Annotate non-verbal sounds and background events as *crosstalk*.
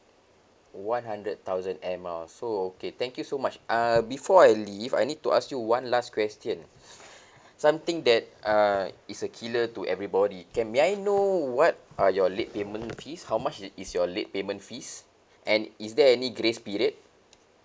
one hundred thousand air miles so okay thank you so much uh before I leave I need to ask you one last question *breath* something that uh is a killer to everybody can may I know what are your late payment fees how much is is your late payment fees and is there any grace period